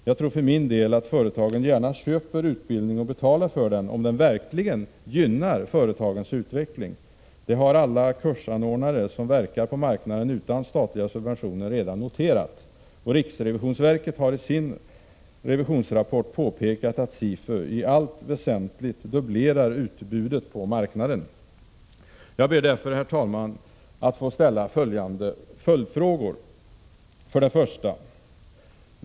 Jag tror för min del att företagen gärna köper utbildning och betalar för den, om den verkligen gynnar företagens utveckling. Det har alla kursanordnare som verkar på marknaden utan statliga subventioner redan noterat. Riksrevisionsverket har i sin revisionsrapport påpekat att SIFU i allt väsentligt dubblerar utbudet på marknaden. Jag ber därför, herr talman, att få ställa några följdfrågor: 1.